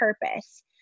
purpose